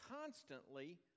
constantly